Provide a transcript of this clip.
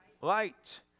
Light